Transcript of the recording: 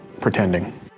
pretending